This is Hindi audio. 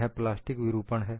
यह प्लास्टिक विरूपण है